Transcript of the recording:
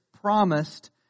promised